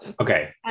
Okay